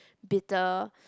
bitter